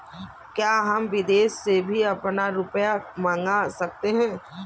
क्या हम विदेश से भी अपना रुपया मंगा सकते हैं?